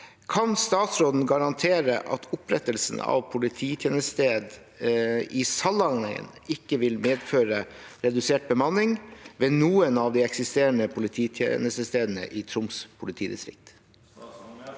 «Kan statsråden garantere at opprettelsen av polititjenestested i Salangen ikke vil medføre redusert bemanning ved noen av de eksisterende polititjenestestedene i Troms politidistrikt?»